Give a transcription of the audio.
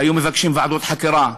היו מבקשים ועדות חקירה,